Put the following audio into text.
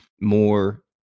more